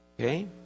Okay